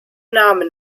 namen